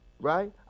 Right